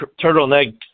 turtleneck